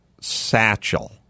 satchel